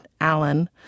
Alan